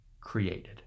created